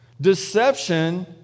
deception